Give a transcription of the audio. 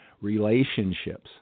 Relationships